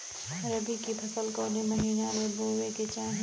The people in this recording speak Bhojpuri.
रबी की फसल कौने महिना में बोवे के चाही?